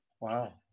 Wow